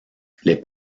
les